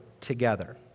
together